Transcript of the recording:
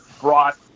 brought